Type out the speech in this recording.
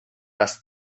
dass